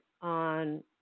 on